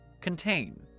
Contain